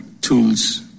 tools